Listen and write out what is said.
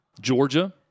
Georgia